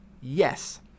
Yes